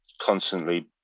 constantly